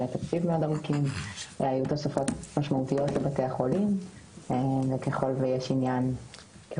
תקציב מאוד ארוכים והיו תוספות משמעותיות לבתי החולים וככל שיש תוכנית,